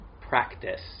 practice